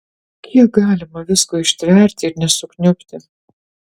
kiek galima visko ištverti ir nesukniubti